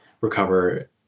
recover